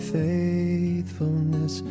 faithfulness